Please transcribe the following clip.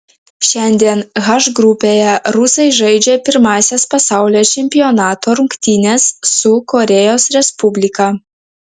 šiandien h grupėje rusai žaidžia pirmąsias pasaulio čempionato rungtynes su korėjos respublika